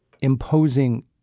imposing